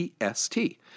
EST